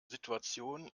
situation